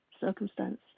circumstance